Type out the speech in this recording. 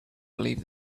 believe